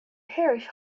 parish